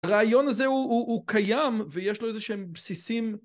הרעיון הזה הוא קיים ויש לו איזה שהם בסיסים